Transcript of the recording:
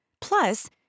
Plus